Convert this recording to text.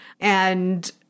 And-